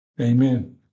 Amen